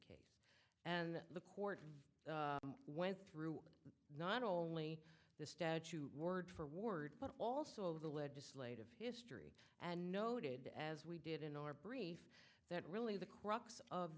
case and the court went through not only the statue word for word but also of the legislative history and noted as we did in our brief that really the crux of